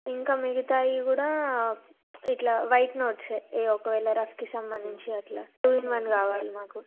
ఇంకా మిగతావి కూడా ఇట్లా వైట్ నోట్సే ఒకవేళ రఫ్కి సంబంధించి అట్లా టూ ఇన్ వన్ కావాలి మాకు